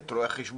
את רואי החשבון.